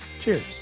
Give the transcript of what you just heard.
Cheers